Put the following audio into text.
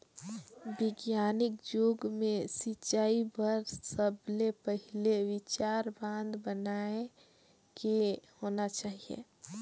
बिग्यानिक जुग मे सिंचई बर सबले पहिले विचार बांध बनाए के होना चाहिए